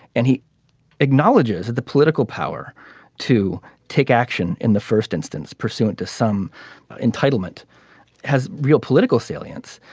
and he acknowledges that the political power to take action in the first instance pursuant to some entitlement has real political salience.